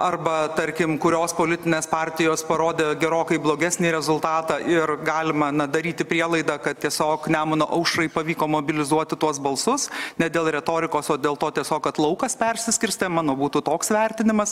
arba tarkim kurios politinės partijos parodė gerokai blogesnį rezultatą ir galima daryti na prielaidą kad tiesiog nemuno aušrai pavyko mobilizuoti tuos balsus ne dėl retorikos o dėl to tiesiog kad laukas persiskirstė mano būtų toks vertinimas